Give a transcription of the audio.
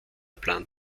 plant